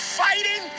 fighting